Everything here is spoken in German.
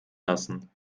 lassen